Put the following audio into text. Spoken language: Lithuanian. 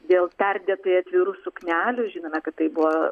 dėl perdėtai atvirų suknelių žinome kad tai buvo